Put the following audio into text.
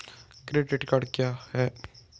Credit card क्या है?